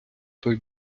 той